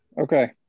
Okay